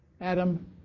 Adam